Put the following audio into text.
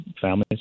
families